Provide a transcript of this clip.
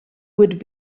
would